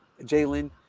Jalen